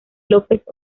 lópez